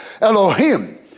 Elohim